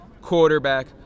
quarterback